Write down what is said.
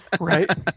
right